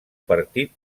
partit